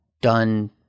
done